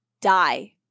die